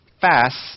fast